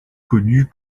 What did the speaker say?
connue